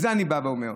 זה מה שאני אומר.